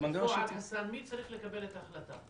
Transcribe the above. בפועל, חסאן, מי צריך לקבל את ההחלטה?